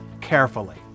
carefully